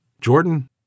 Jordan